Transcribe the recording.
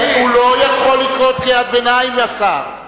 הוא לא יכול לקרוא קריאות ביניים, השר.